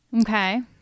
Okay